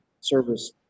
service